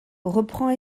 reprend